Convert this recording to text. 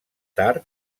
tard